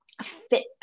fit